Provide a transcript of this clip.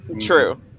true